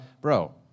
bro